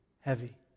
heavy